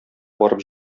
барып